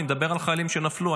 אני מדבר על חיילים שנפלו.